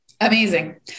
Amazing